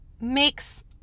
makes